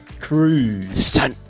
Cruise